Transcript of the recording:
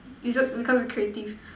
is it because creative